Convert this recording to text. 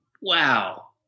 wow